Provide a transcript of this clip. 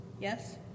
Yes